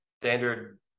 standard